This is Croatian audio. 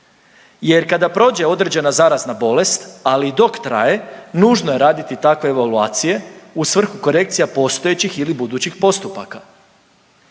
jer kada prođe određena zarazna bolest, ali i dok traje, nužno je raditi takve evaluacije u svrhu korekcija postojećih ili budućih postupaka.